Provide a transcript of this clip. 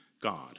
God